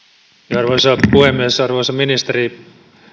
arvoisa puhemies arvoisa ministeri